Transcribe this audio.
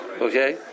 Okay